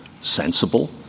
sensible